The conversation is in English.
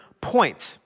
point